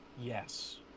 Yes